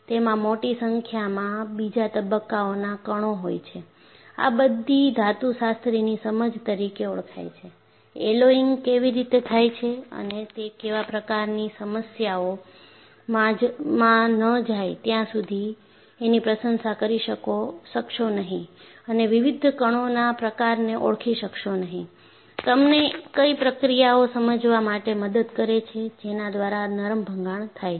તેમાં મોટી સંખ્યામાં બીજા તબક્કાઓના કણો હોય છે આ બધી ધાતુશાસ્ત્રની સમજ તરીકે ઓળખાય છે એલોયિંગ કેવી રીતે થાય છે અને તે કેવા પ્રકારની સમસ્યાઓમાં ન જાય ત્યાં સુધી એની પ્રશંસા કરી શકશો નહીં અને વિવિધ કણોના પ્રકારને ઓળખી શકશો નહીં તમને કઈ પ્રક્રિયાઓ સમજવા માટે મદદ કરે છે જેના દ્વારા નરમ ભંગાણ થાય છે